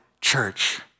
church